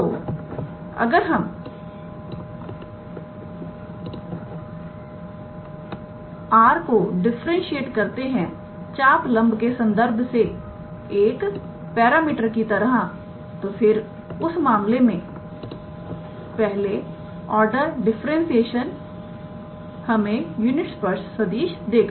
तो अगर हम 𝑟⃗ को डिफरेंटशिएट करते हैं चापलंब के संदर्भ से एक पैरामीटर की तरह फिर उस मामले में पहले ऑर्डर डिफरेंट सेशन हमें यूनिट स्पर्श सदिशदेगा